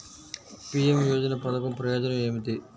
PM యోజన పధకం ప్రయోజనం ఏమితి?